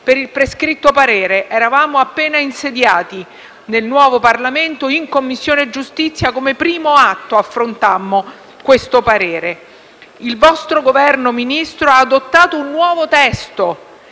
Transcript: per il prescritto parere: eravamo appena insediati nel nuovo Parlamento e in Commissione giustizia, come primo atto, affrontammo questo parere. Il vostro Governo, signor Ministro, ha adottato un nuovo testo